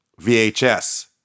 VHS